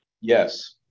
Yes